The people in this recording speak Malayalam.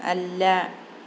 അല്ല